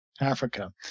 Africa